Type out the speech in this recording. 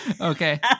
okay